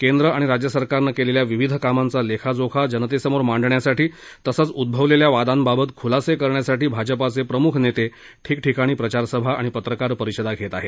केंद्र आणि राज्य सरकारनं केलेल्या विविध कामांचा लेखाजोखा जनतेसमोर मांडण्यासाठी तसंच उद्गवलेल्या वादांबाबत खुलासे करण्यासाठी भाजपाचे प्रमुख नेते ठिकठिकाणी प्रचार सभा आणि पत्रकार परिषदाही घेत आहेत